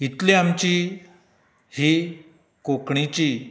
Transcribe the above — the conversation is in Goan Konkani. इतली आमची ही कोंकणीची